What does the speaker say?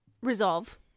resolve